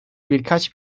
birkaç